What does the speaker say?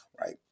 right